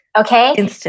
okay